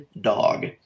dog